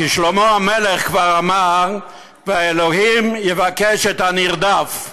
כי שלמה המלך כבר אמר: "והאלהים יבקש את נרדף",